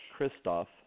Christoph